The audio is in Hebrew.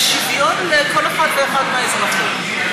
שוויון לכל אחד ואחד מהאזרחים.